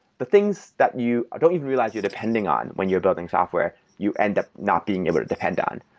the things that you don't even realize you're depending on when you're building software, you end up not being able to depend on.